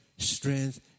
strength